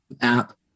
app